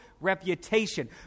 reputation